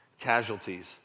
Casualties